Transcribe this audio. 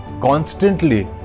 constantly